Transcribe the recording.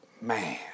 man